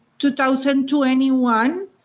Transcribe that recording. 2021